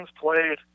played